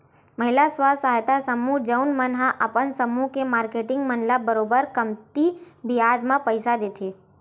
महिला स्व सहायता समूह जउन मन ह अपन समूह के मारकेटिंग मन ल बरोबर कमती बियाज म पइसा देथे